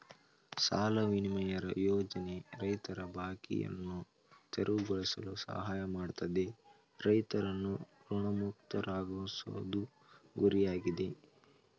ಸಾಲ ವಿನಿಮಯ ಯೋಜನೆ ರೈತರ ಬಾಕಿಯನ್ನು ತೆರವುಗೊಳಿಸಲು ಸಹಾಯ ಮಾಡ್ತದೆ ರೈತರನ್ನು ಋಣಮುಕ್ತರಾಗ್ಸೋದು ಗುರಿಯಾಗಿದೆ